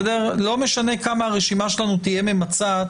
לא משנה כמה הרשימה שלנו תהיה ממצה,